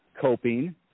coping